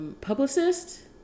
publicist